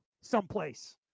someplace